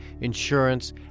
insurance